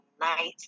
night